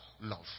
love